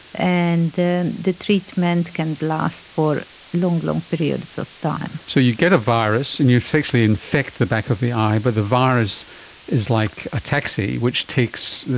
and the the treatment can last for long, long periods of time. so you get a virus and you essentially infect the back of the eye but the virus is like a taxi which takes,